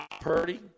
Purdy